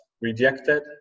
rejected